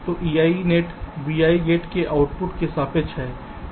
तो ei net vi gate के output के सापेक्ष है